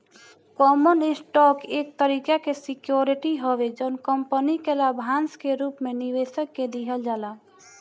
common stock एक तरीका के सिक्योरिटी हवे जवन कंपनी के लाभांश के रूप में निवेशक के दिहल जाला